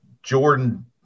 Jordan